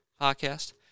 Podcast